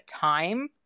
time